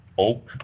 Oak